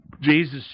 Jesus